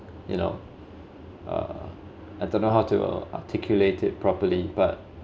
you know uh I don't know how to articulate it properly but